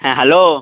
হ্যাঁ হ্যালো